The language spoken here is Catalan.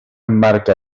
marca